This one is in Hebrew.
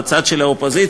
בצד של האופוזיציה,